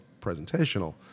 presentational